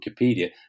Wikipedia